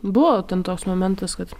buvo ten toks momentas kad